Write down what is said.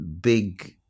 big